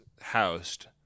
housed